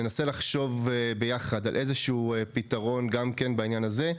ננסה לחשוב ביחד על איזה שהוא פתרון בעניין הזה,